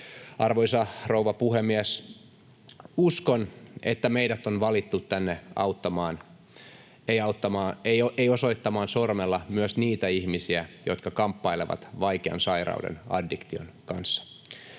Arvoisa rouva puhemies! Uskon, että meidät on valittu tänne auttamaan, ei osoittamaan sormella, myös niitä ihmisiä, jotka kamppailevat vaikean sairauden, addiktion kanssa.